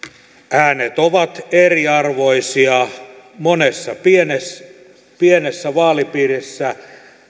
äänet ovat eriarvoisia monessa pienessä pienessä vaalipiirissä